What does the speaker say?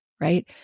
right